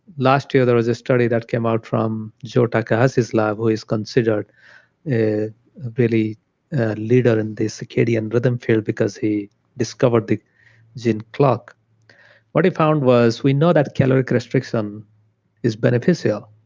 last year, there was a study that came out from joe takahashi's lab, who is considered a really. a leader in the circadian rhythm field because he discovered the gene clock what he found was we know that caloric restriction is beneficial,